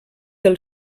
del